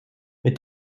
mit